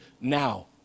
now